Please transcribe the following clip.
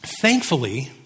thankfully